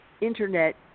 Internet